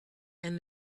and